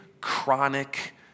chronic